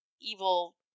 evil